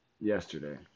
yesterday